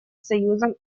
союзом